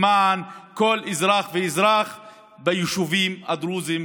למען כל אזרח ואזרח ביישובים הדרוזיים.